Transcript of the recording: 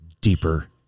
deeper